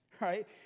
right